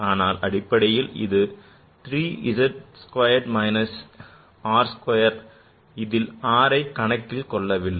ஆனால் அடிப்படையில் இது 3 z squared minus r square இதில் நாம் rஐ கணக்கில் கொள்ளவில்லை